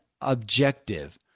objective